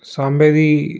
साम्बे दी